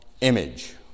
image